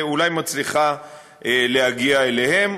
מצליחה להגיע אליהם.